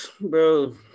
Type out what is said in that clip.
bro